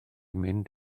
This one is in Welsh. mynd